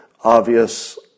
obvious